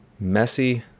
Messy